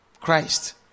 Christ